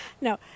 No